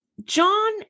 John